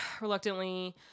Reluctantly